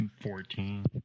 Fourteen